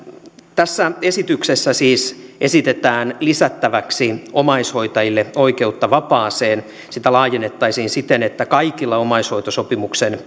tässä esityksessä siis esitetään lisättäväksi omaishoitajille oikeutta vapaaseen sitä laajennettaisiin siten että kaikilla omaishoitosopimuksen